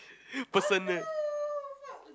personal